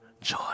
joy